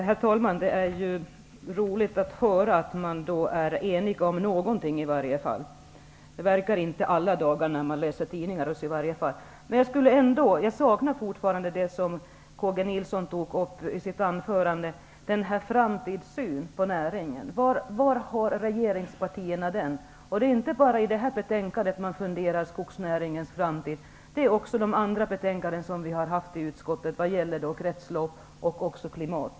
Herr talman! Det är roligt att höra att ni är eniga om någonting. Det verkar inte så alla dagar, när jag läser tidningarna. Jag saknar fortfarande det som Carl G Nilsson tog upp i sitt anförande, framtidssynen på näringen. Var har regeringspartierna den? Det gäller inte bara detta betänkande om skogsnäringens framtid. Det gäller också de andra betänkandena från utskottet om kretslopp och klimat.